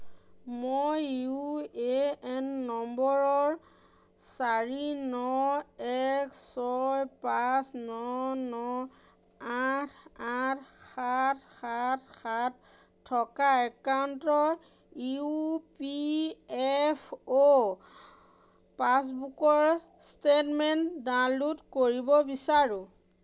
মই U A N নম্বৰৰ চাৰি ন এক ছয় পাঁচ ন ন আঠ আঠ সাত সাত সাত থকা একাউণ্টৰ ইউ পি এফ অ' পাছবুকৰ ষ্টেটমেণ্ট ডাউনলোড কৰিব বিচাৰোঁ